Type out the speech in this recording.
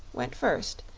went first,